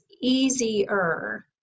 easier